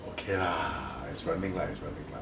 okay lah it's running lah it's running lah